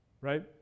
right